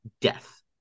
Death